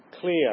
clear